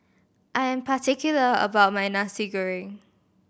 I am particular about my Nasi Goreng